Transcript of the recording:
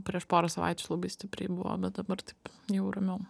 prieš porą savaičių labai stipriai buvo bet dabar taip jau ramiau